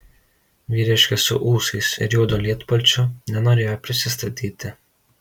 vyriškis su ūsais ir juodu lietpalčiu nenorėjo prisistatyti